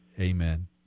Amen